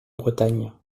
bretagne